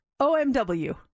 OMW